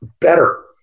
better